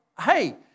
hey